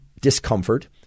discomfort